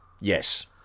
Yes